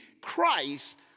Christ